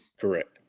Correct